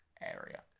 Area